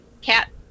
cat